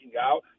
out